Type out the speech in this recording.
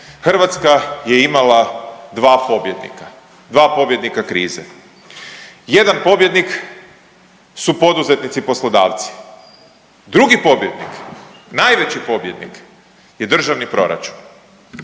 Hrvatska je imala dva pobjednika, dva pobjednika krize. Jedan pobjednik su poduzetnici poslodavci, drugi pobjednik, najveći pobjednik je Državni proračun.